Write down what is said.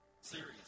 Serious